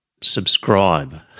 subscribe